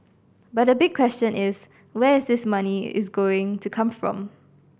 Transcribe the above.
but the big question is where is this money is going to come from